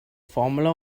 formula